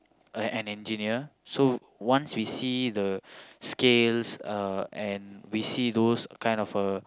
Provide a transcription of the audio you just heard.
an engineer so once we see the scales uh and we see those kind of uh